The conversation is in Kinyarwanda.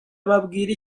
ababwira